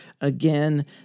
Again